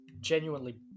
genuinely